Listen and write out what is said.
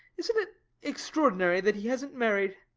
isn't it extraordinary that he hasn't married!